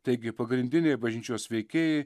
taigi pagrindiniai bažnyčios veikėjai